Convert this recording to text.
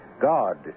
God